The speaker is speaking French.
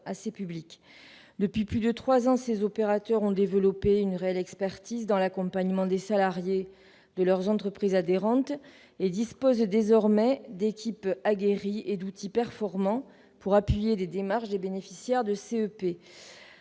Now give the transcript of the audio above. à ces publics. Depuis plus de trois ans, ces opérateurs ont développé une réelle expertise dans l'accompagnement des salariés de leurs entreprises adhérentes et disposent désormais d'équipes aguerries et d'outils performants pour appuyer les démarches des bénéficiaires de CEP.